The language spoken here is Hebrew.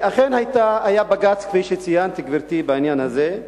ואכן היה בג"ץ, כפי שציינת, גברתי, בעניין הזה.